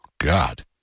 God